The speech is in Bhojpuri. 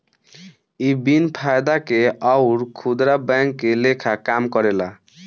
इ बिन फायदा के अउर खुदरा बैंक के लेखा काम करेला